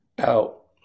out